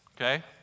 okay